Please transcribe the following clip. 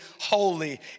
holy